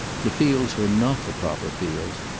the fields were not the proper fields.